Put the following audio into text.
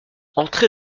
entrer